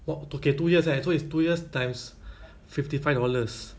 what okay two years eh so it's two years times fifty five dollars